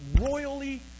royally